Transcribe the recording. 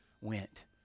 went